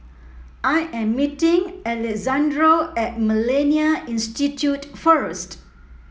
I am meeting Alexandro at MillenniA Institute first